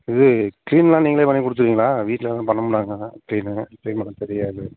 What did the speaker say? இது க்ளினெலாம் நீங்களே பண்ணி கொடுத்துடுவீங்களா வீட்டுலான் பண்ணமாட்டாங்க க்ளீனு க்ளீன் பண்ண தெரியாது